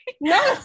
No